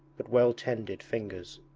but well-tended fingers.